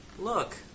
Look